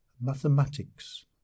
mathematics